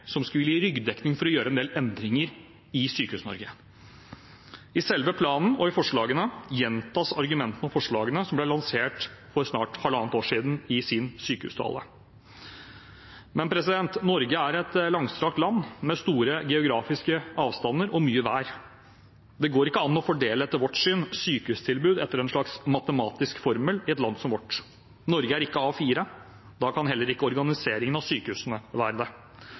som skulle gi ryggdekning for å gjøre en del endringer i Sykehus-Norge. I selve planen gjentas argumentene og forslagene som ble lansert for snart halvannet år siden i hans sykehustale. Men Norge er et langstrakt land med store geografiske avstander og mye vær. Det går etter vårt syn ikke an å fordele sykehustilbud etter en slags matematisk formel i et land som vårt. Norge er ikke A4. Da kan heller ikke organiseringen av sykehusene være det.